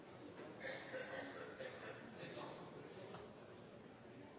er fem